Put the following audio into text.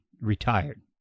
retired